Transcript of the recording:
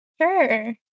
Sure